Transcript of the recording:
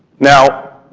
now,